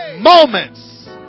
moments